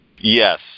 Yes